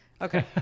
Okay